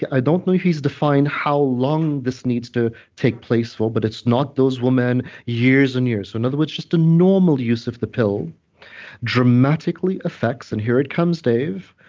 i don't know if he's defined how long this needs to take place for, but it's not those women, years and years in and other words, just a normal use of the pill dramatically effects, and here it comes, dave.